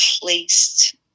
placed